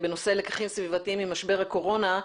בנושא לקחים סביבתיים ממשבר הקורונה,